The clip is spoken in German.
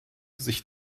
sich